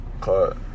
Cut